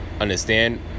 understand